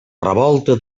revolta